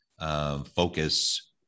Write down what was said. focus